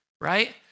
right